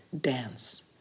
dance